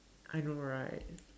I know right